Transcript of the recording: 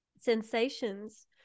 sensations